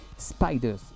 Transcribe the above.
Spiders